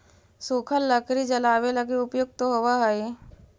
सूखल लकड़ी जलावे लगी उपयुक्त होवऽ हई